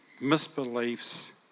misbeliefs